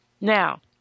Now